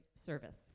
service